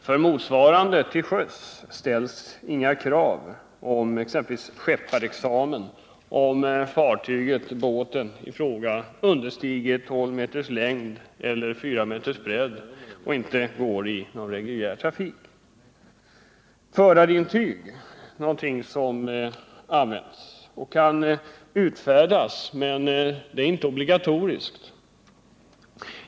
I sjötrafiken ställs inget krav på exempelvis skepparexamen, om fartyget eller båten i fråga understiger 12 m längd eller 4 m bredd och inte framförs i reguljär trafik. ”Förarintyg”, som ibland används, kan utfärdas, men det är inte obligatoriskt.